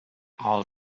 all